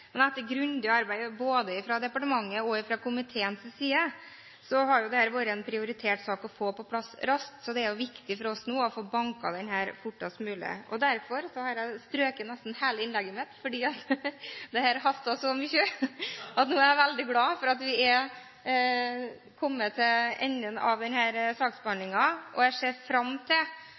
Men etter grundig arbeid både fra departementet og fra komiteens side har jo dette vært en prioritert sak å få på plass raskt. Så nå er det viktig for oss å få banket denne igjennom fortest mulig. Derfor har jeg strøket nesten hele innlegget mitt – fordi dette haster så mye, og nå er jeg veldig glad for at vi har kommet til enden av denne saksbehandlingen! Jeg ser fram til